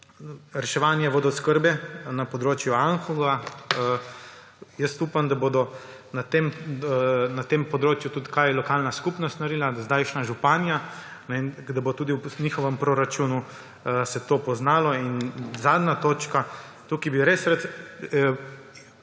reševanje vodooskrbe na področju Anhovega. Jaz upam, da bo na tem področju tudi kaj lokalna skupnost naredila, sedanja županja, da se bo tudi v njihovem proračunu to poznalo. In zadnja točka, tukaj bi res rad dal